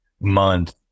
month